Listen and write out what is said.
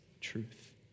truth